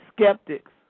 skeptics